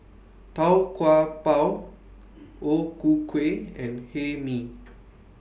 Tau Kwa Pau O Ku Kueh and Hae Mee